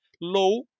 low